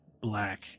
black